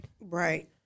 Right